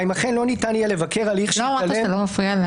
והאם לא ניתן יהיה לבקר הליך --- לא אמרת שאתה לא מפריע?